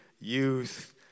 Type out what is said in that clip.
youth